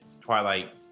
Twilight